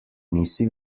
nisi